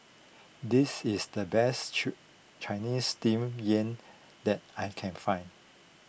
this is the best Chinese Steamed Yam that I can find